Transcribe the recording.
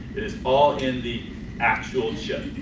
is all in the actual chip?